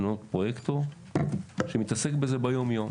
למנות פרויקטור שמתעסק בזה ביום-יום.